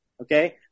Okay